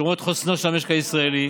שומעות על חוסנו של המשק הישראלי.